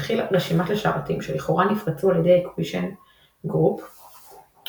מכיל רשימה של שרתים שלכאורה נפרצו על ידי Equation Group ומצהיר